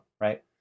Right